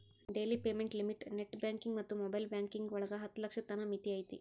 daily payment limit net banking ಮತ್ತ mobile banking ಒಳಗ ಹತ್ತ ಲಕ್ಷದ್ ತನ ಮಿತಿ ಐತಿ